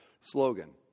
slogan